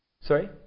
Sorry